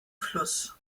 fluss